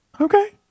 Okay